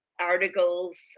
articles